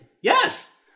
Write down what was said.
Yes